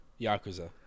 Yakuza